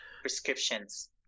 prescriptions